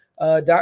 dot